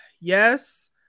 yes